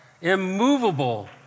Immovable